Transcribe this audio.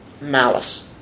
Malice